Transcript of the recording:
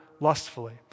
lustfully